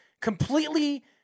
completely